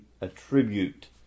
attribute